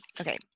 Okay